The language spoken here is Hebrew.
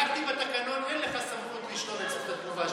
בדקתי בתקנון,